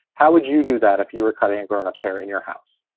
how would you do that if you were cutting and burn up, sir, in your house?